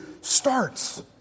starts